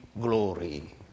glory